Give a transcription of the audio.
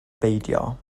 beidio